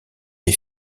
est